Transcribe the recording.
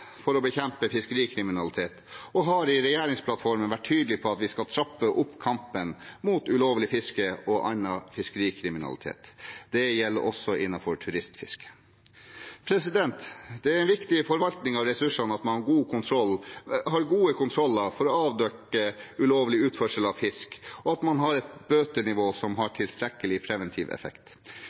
for å bekjempe fiskerikriminalitet, og har i regjeringsplattformen vært tydelig på at vi skal trappe opp kampen mot ulovlig fiske og annen fiskerikriminalitet. Det gjelder også innenfor turistfiske. Det er en viktig forvaltning av ressursene at man har gode kontroller for å avdekke ulovlig utførsel av fisk, og at man har et bøtenivå som har tilstrekkelig preventiv effekt.